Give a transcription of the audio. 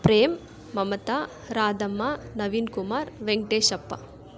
Prem Mamata Radhamma Naveen Kumar Venkateshappa